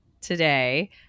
today